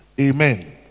amen